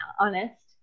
honest